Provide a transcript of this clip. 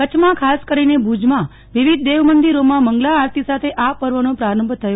કચ્છમાં ખાસ કરીને ભુજમાં વિવિધ દેવ મંદિરોમાં મંગલા આરતી સાથે આ પર્વનો પ્રારંભ થયો હતો